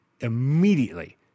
immediately